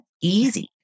easy